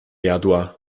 jadła